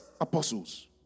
apostles